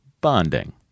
BONDING